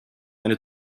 eine